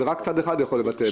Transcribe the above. רק צד אחד יכול לוותר.